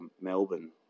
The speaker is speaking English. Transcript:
Melbourne